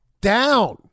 down